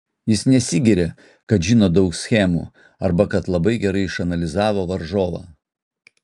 jis nesigiria kad žino daug schemų arba kad labai gerai išanalizavo varžovą